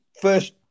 first